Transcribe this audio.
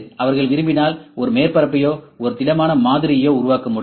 அவர்கள் விரும்பினால் ஒரு மேற்பரப்பையோ ஒரு திடமான மாதிரியையோ உருவாக்க முடியும்